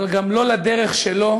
אבל גם לא לדרך שלו.